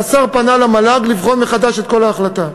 שהשר פנה למל"ג לבחון מחדש את כל ההחלטה.